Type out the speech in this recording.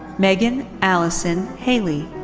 megan allison haley.